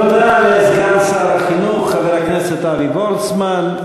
תודה לסגן שר החינוך חבר הכנסת אבי וורצמן.